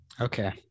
Okay